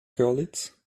görlitz